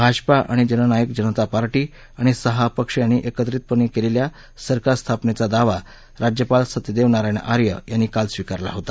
भाजपा आणि जननायक जनता पार्टी आणि सहा अपक्ष यांनी एकत्रितपणे केलेल्या सरकार स्थापनेचा दावा राज्यपाल सत्यदेव नारायण आर्य यांनी काल स्वीकारला होता